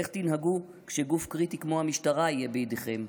איך תנהגו כשגוף קריטי כמו המשטרה יהיה בידיכם?